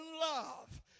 love